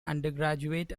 undergraduate